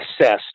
assessed